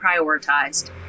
prioritized